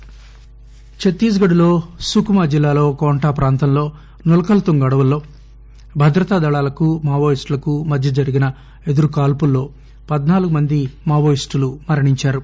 encounter చత్తీస్ఘడ్లో సుకుమా జిల్లాలో కోంటా ప్రాంతంలో నుల్కల్తుంగ్ అడవుల్లో భద్రతా దళాలకు మావోయిస్టులకు మధ్య జరిగిన కాల్పుల్లో పద్సాలుగు మంది మావోయిస్టులు మరణించారు